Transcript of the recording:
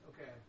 Okay